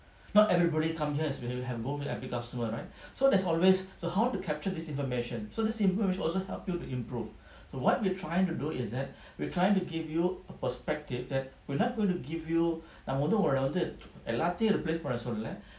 not everybody come here will have both happy customer right so there's always so how to capture this information so this information also help you to improve so what we're trying to do is that we're trying to give you a perspective that we're not going to give you நாங்கவந்துஎல்லாத்தயும் reply பண்ணசொல்லல